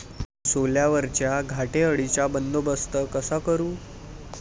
सोल्यावरच्या घाटे अळीचा बंदोबस्त कसा करू?